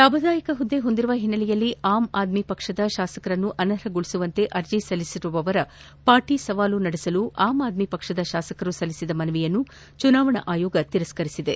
ಲಾಭದಾಯಕ ಹುದ್ದೆ ಹೊಂದಿರುವ ಹಿನ್ನೆಲೆಯಲ್ಲಿ ಆಮ್ ಆದ್ನಿ ಪಕ್ಷದ ಶಾಸಕರನ್ನು ಅನರ್ಹಗೊಳಿಸುವಂತೆ ಅರ್ಜಿ ಸಲ್ಲಿಸಿರುವವರ ಪಾಟಿ ಸವಾಲು ನಡೆಸಲು ಆಮ್ ಆದ್ನಿ ಪಕ್ಷದ ಶಾಸಕರು ಸಲ್ಲಿಸಿದ ಮನವಿಯನ್ನು ಚುನಾವಣಾ ಆಯೋಗ ತಿರಸ್ತರಿಸಿದೆ